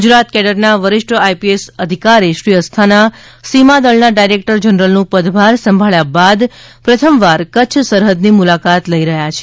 ગુજરાત કેડરના વરિષ્ઠ આઈપીએસ અધિકારી શ્રી અસ્થાના સીમાદળના ડાયરેકટર જનરલનું પદભાર સંભાળ્યા બાદ પ્રથમવાર કચ્છ સરહદની મુલાકાત લઇ રહ્યાં છે